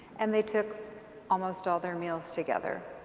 and they took almost all their meals together